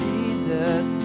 Jesus